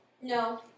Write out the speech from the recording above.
No